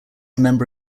member